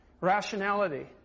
rationality